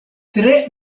tre